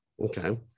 Okay